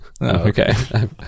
Okay